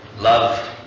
Love